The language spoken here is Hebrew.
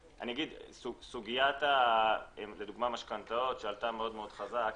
סוגיית המשכנתאות שעלתה מאוד חזק,